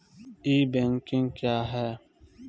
ई banking क्या हैं?